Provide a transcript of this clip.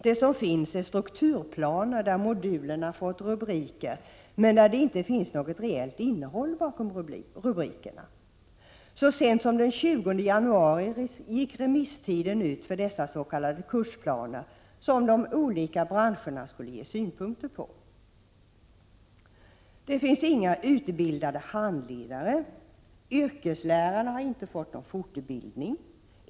Det som finns är strukturplaner, där modulerna har fått rubriker, men där det inte finns något reellt innehåll bakom rubrikerna. Så sent som den 20 januari gick remisstiden ut för dessa s.k. kursplaner som de olika branscherna skulle ge synpunkter på. Det finns inga utbildade handledare. Yrkeslärarna har inte fått någon fortbildning.